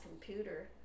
computer